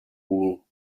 wool